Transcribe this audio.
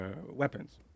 weapons